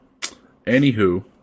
Anywho